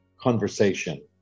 conversation